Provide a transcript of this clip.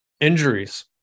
Injuries